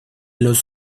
los